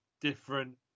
different